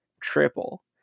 triple